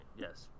yes